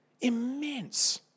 immense